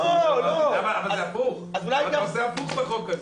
אבל זה הפוך, אתה עושה הפוך בחוק הזה.